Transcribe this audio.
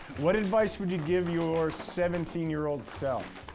what advice would you give your seventeen year old self?